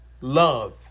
love